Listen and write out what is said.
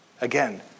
Again